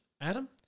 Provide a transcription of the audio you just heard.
Adam